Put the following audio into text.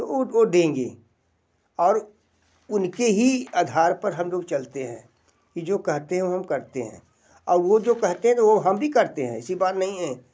तो वो वो देंगे और उन के ही आधार पर हम लोग चलते हैं कि जो कहते हैं वो हम करते हैं और वो जो कहते हैं तो वो हम भी करते हैं ऐसी बात नहीं है